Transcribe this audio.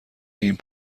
این